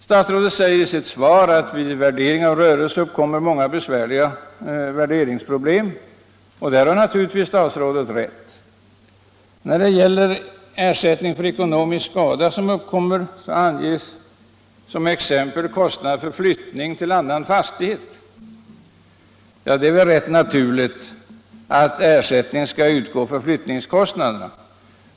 Statsrådet säger i sitt svar: ” Vid värdering av rörelse uppkommer många besvärliga värderingsproblem —--=-.” Det har statsrådet naturligtvis rätt i. Som exempel på ekonomisk skada som uppkommer anges kostnaderna för flyttning till annan fastighet. Det är väl självklart att ersättning skall utgå för flyttningskostnaderna.